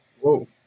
Whoa